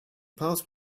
passed